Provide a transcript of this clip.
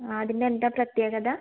ആടിനെന്താണ് പ്രത്യേകത